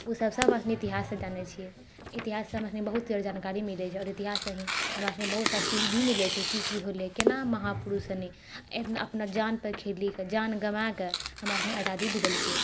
ओसभ सभ हमरासनी इतिहाससँ जानैत छियै इतिहाससँ हमरासनी बहुत सारा जानकारी मिलैत छै आओर इतिहाससँ ही हमरासनी बहुत सारा सीख भी मिलैत छै कि की होलय केना महापुरुषसनी अपना जानपर खेलि कऽ जान गँवाए कऽ हमरासनी आजादी दिलेलकै